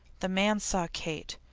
the man saw kate,